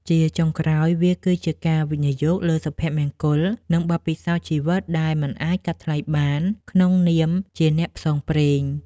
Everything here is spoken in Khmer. ជាចុងក្រោយ វាគឺជាការវិនិយោគលើសុភមង្គល និងបទពិសោធន៍ជីវិតដែលមិនអាចកាត់ថ្លៃបានក្នុងនាមជាអ្នកផ្សងព្រេង។